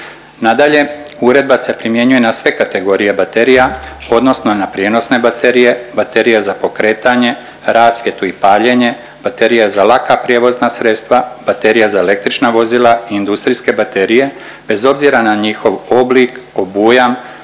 Nadalje, uredba se primjenjuje na sve kategorije baterija odnosno na prijenosne baterije, baterije za pokretanje, rasvjetu i paljenje, baterija za laka prijevozna sredstva, baterija za električna vozila i industrijske baterije, bez obzira na njihov oblik, obujam,